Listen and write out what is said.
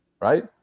right